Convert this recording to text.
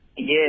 Yes